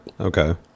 Okay